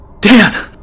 Dan